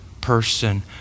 person